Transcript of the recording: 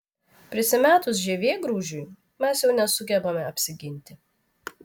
prisimetus žievėgraužiui mes jau nesugebame apsiginti